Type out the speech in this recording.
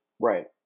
Right